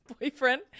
boyfriend